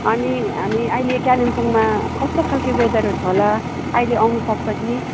अनि हामी अहिले कालिम्पोङमा कस्तो खालको वेदरहरू छ होला अहिले आउनु सक्छ कि